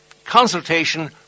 consultation